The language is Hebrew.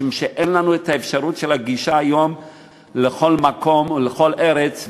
משום שאין לנו היום גישה לכל מקום ולכל ארץ,